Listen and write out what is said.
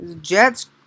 Jets